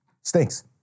stinks